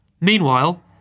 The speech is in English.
Meanwhile